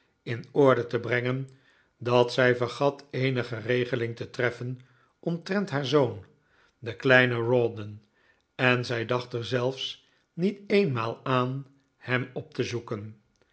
in orde te brenggn dat zij vergat eenige regeling te treffen omtrent haar zoon den kleinen rawdon en zij dacht er zelfs niet eenmaal aan hem op te zoeken